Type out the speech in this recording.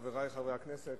חברי חברי הכנסת,